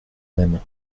même